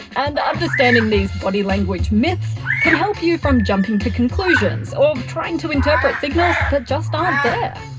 and understanding these body language myths can help you from jumping to conclusions or trying to interpret signals that just aren't there.